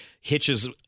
hitches